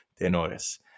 Tenores